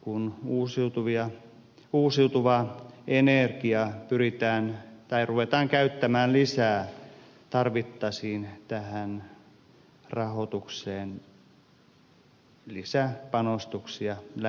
kun uusiutuvaa energiaa ruvetaan käyttämään lisää tarvittaisiin tähän rahoitukseen lisäpanostuksia lähitulevaisuudessa